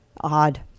Odd